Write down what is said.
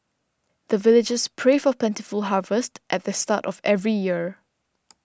the villagers pray for plentiful harvest at the start of every year